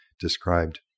described